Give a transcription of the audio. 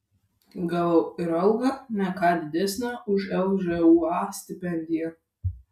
gavau ir algą ne ką didesnę už lžūa stipendiją